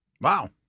Wow